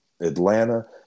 Atlanta